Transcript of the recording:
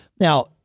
now